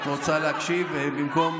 את רוצה להקשיב במקום,